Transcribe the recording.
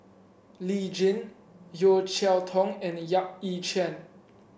Lee Tjin Yeo Cheow Tong and Yap Ee Chian